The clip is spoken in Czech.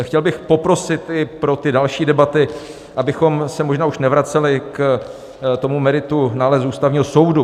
Chtěl bych poprosit i pro ty další debaty, abychom se možná už nevraceli k meritu nálezu Ústavního soudu.